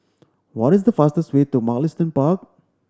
what is the fastest way to Mugliston Park